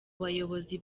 bayobozi